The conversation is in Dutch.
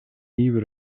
nieuwe